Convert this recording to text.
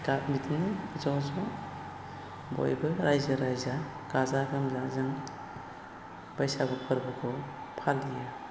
बिदिनो ज' ज' बयबो रायजो राजा गाजा गोमजा जों बैसागु फोरबोखौ फालियो